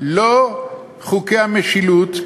לא חוקי המשילות,